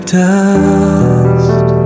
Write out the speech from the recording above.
dust